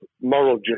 moral